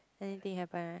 anything happen